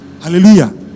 Hallelujah